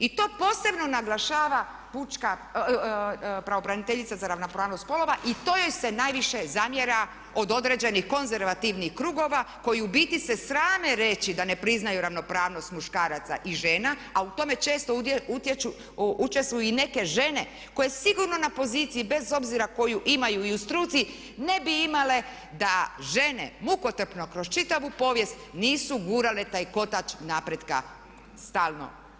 I to posebno naglašava pravobraniteljica za ravnopravnost spolova i to joj se najviše zamjera od određenih konzervativnih krugova koji u biti se srame reći da ne priznaju ravnopravnost muškaraca i žena a u tome često učestvuju i neke žene koje sigurno na poziciji bez obzira koju imaju i u struci ne bi imale da žene mukotrpno kroz čitavu povijest nisu gurale taj kotač napretka stalno naprijed.